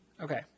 okay